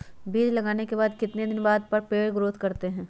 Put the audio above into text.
बीज लगाने के बाद कितने दिन बाद पर पेड़ ग्रोथ करते हैं?